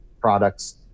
products